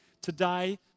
today